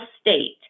state